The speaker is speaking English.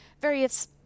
various